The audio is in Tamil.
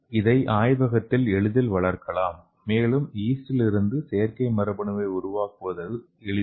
இதை ஆய்வகத்தில் எளிதில் வளர்க்கலாம் மேலும் ஈஸ்டிலிருந்து செயற்கை மரபணுவை உருவாக்குவது எளிது